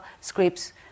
scripts